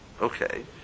okay